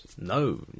No